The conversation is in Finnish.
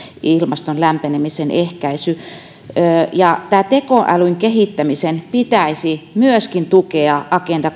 ilmaston lämpenemisen ehkäisy tekoälyn kehittämisen pitäisi myöskin tukea agenda